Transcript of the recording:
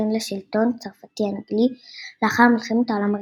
להינתן לשלטון צרפתי-אנגלי לאחר מלחמת העולם הראשונה.